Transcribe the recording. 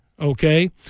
Okay